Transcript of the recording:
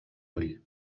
ull